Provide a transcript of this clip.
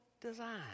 design